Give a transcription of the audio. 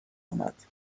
آمد